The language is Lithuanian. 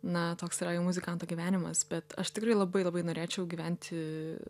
na toks yra jau muzikanto gyvenimas bet aš tikrai labai labai norėčiau gyventi